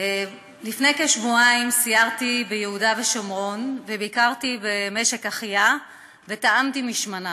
לפני כשבועיים סיירתי ביהודה ושומרון וביקרתי במשק אחיה וטעמתי משמניו.